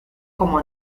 como